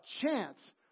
chance